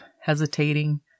hesitating